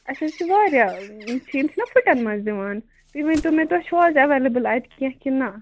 اَسہِ حظ چھِ واریاہ یِم چھِناہ فُٹن منٛزدِوان تُہۍ ؤنۍ تو مےٚ تۄہہِ چھُو از ایویلیبٔل اَتہِ کیٚنہہ کِنہٕ نا